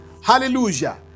hallelujah